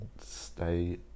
stay